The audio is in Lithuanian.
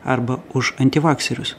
arba už antivakserius